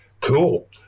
Cool